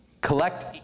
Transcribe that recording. collect